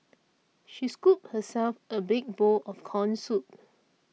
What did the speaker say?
she scooped herself a big bowl of Corn Soup